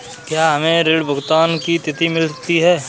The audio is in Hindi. क्या हमें ऋण भुगतान की तिथि मिलती है?